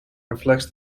reflects